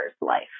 life